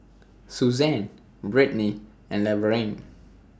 Suzann Brittny and Laverne